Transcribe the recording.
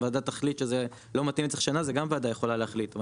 הוועדה תחליט שלא מתאים וצריך שנה זה גם הוועדה יכולה להחליט.